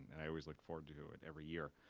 and i always looked forward to it every year.